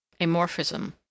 amorphism